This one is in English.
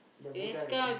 the buddha the thing